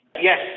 Yes